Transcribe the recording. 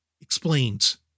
explains